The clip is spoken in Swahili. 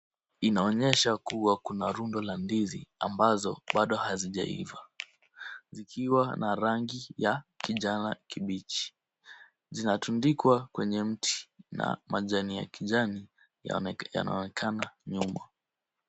Inaonesha kuwa kuna rundo la ndizi ambazo bado hazijaiva, zikiwa na rangi ya kijani kibichi. Zinatundikwa kwenye mti na majani ya kijani yanaonekna nyuma.